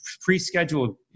pre-scheduled